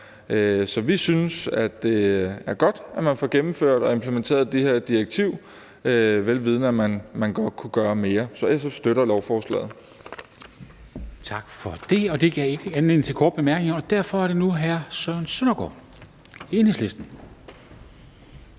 Vi synes, det er godt, at man får gennemført og implementeret det her direktiv, vel vidende at man godt kunne gøre mere. Så SF støtter lovforslaget. Kl. 15:03 Formanden (Henrik Dam Kristensen): Tak for det. Det gav ikke anledning til korte bemærkninger, og derfor er det nu hr. Søren Søndergaard, Enhedslisten.